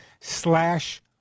slash